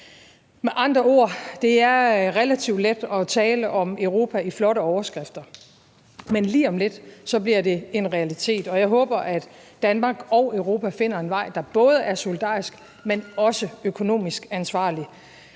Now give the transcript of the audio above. Med andre ord er det relativt let at tale om Europa i flotte overskrifter, men lige om lidt bliver det en realitet. Jeg håber, at Danmark og Europa finder en vej, der både er solidarisk, men også økonomisk ansvarlig,